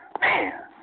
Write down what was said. Man